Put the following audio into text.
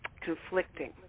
conflicting